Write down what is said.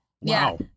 wow